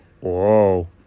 Whoa